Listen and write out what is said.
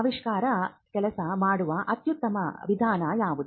ಆವಿಷ್ಕಾರ ಕೆಲಸ ಮಾಡುವ ಅತ್ಯುತ್ತಮ ವಿಧಾನ ಯಾವುದು